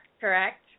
correct